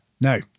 No